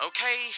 Okay